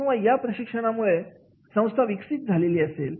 किंवा या प्रशिक्षणामुळे संस्था विकसित झालेली असेल